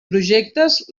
projectes